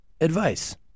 advice